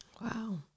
Wow